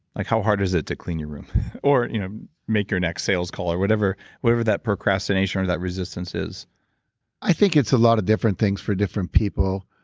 like how hard is it to clean your room or you know make your next sales call? whatever whatever that procrastination or that resistance is i think it's a lot of different things for different people.